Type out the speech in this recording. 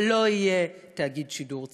ולא יהיה תאגיד שידור ציבורי,